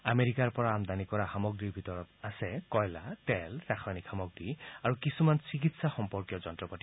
আমেৰিকাৰ পৰা আমদানিকৃত সামগ্ৰিৰ ভিতৰত আছে কয়লা তেল ৰাসায়নিক সামগ্ৰি আৰু কিছুমান চিকিৎসা সম্পৰ্কীয় যন্ত্ৰ পাতি